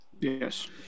Yes